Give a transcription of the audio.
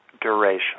duration